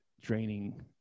draining